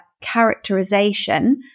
characterization